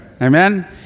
Amen